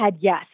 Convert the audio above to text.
yes